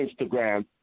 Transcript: Instagram